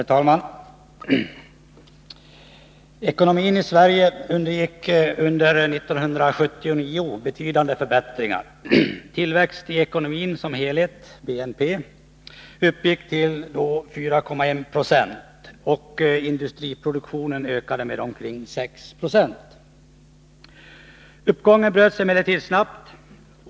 Herr talman! Ekonomin i Sverige undergick under 1979 betydande förbättringar. Tillväxten i ekonomin som helhet — BNP — uppgick till 4,1 90. Industripropduktionen ökade med omkring 6 90. Uppgången bröts emellertid snabbt.